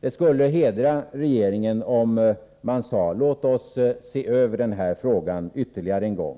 Det skulle hedra regeringen om man sade: Låt oss se över den här frågan ytterligare en gång.